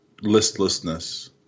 listlessness